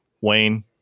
Wayne